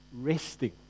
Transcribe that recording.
Resting